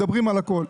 מדברים על הכל.